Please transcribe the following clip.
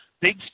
Big